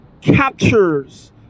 captures